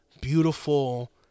beautiful